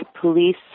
police